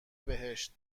بهشت